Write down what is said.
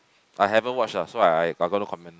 I haven't watch lah so I I got no comment lah